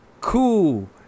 cool